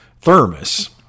thermos